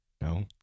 No